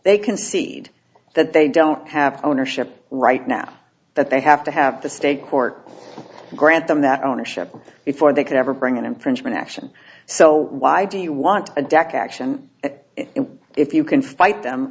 they concede that they don't have ownership right now that they have to have the state court grant them that ownership before they can ever bring an infringement action so why do you want a deck action if you can fight them